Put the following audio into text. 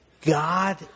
God